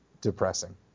depressing